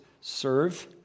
serve